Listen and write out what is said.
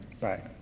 right